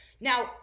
Now